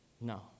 No